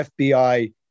FBI